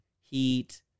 Heat